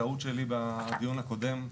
טעות שלי בדיון הקודם,